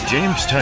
James